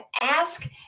ask